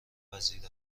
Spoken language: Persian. پذیر